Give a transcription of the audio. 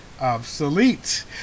obsolete